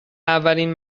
اولین